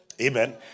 Amen